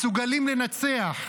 מסוגלים לנצח,